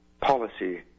policy